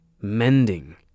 mending